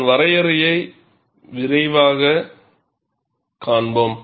அதன் வரையறையை விரைவாகக் காண்போம்